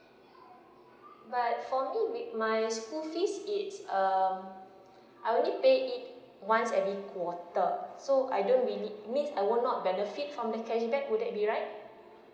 but for me with my school fees is um I only pay it once every quarter so I don't really means I will not benefit from the cashback would that be right